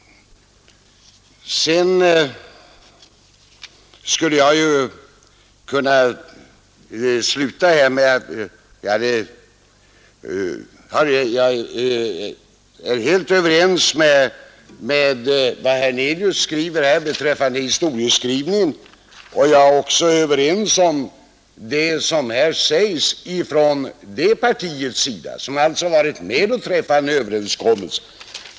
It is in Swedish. Jag skulle kunna sluta här. Jag är helt överens med herr Hernelius beträffande historieskrivningen, och jag är också överens om det som i övrigt sägs från hans parti, som alltså har varit med om att träffa en överenskommelse.